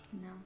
No